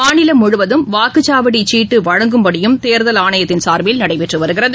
மாநிலம் முழுவதும் வாக்குச்சாவடிசீட்டுவழங்கும் பணியும் தேர்தல் ஆணையத்தின் சார்பில் நடைபெற்றுவருகிறது